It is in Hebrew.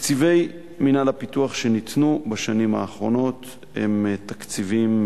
תקציבי מינהל הפיתוח שניתנו בשנים האחרונות הם תקציבים,